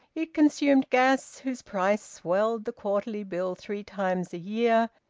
it consumed gas whose price swelled the quarterly bill three times a year,